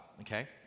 Okay